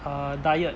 uh diet